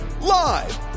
live